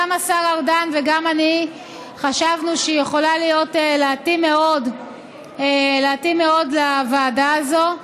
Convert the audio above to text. גם השר ארדן וגם אני חשבנו שהיא יכולה להתאים מאוד לוועדה הזאת.